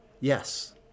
Yes